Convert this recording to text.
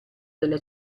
della